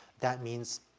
that means,